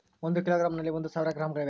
ಒಂದು ಕಿಲೋಗ್ರಾಂ ನಲ್ಲಿ ಒಂದು ಸಾವಿರ ಗ್ರಾಂಗಳಿವೆ